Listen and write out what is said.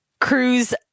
cruise